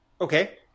Okay